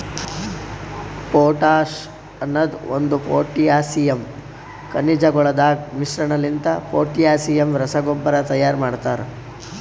potash ಅನದ್ ಒಂದು potassium ಖನಿಜಗೊಳದಾಗ್ ಮಿಶ್ರಣಲಿಂತ ಪೊಟ್ಯಾಸಿಯಮ್ ರಸಗೊಬ್ಬರ ತೈಯಾರ್ ಮಾಡ್ತರ